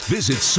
Visit